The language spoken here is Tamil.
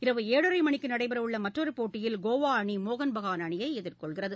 இரவு ஏழரை மணிக்கு நடைபெறவுள்ள மற்றொரு போட்டியில் கோவா அணி மோகன் பகான் அணியை எதிர்கொள்கிறது